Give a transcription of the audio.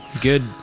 Good